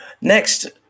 Next